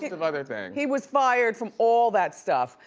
of other things. he was fired from all that stuff.